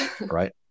Right